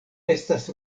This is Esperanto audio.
estas